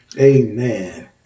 Amen